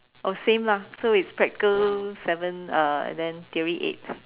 oh same lah so it's practical seven uh and then theory eight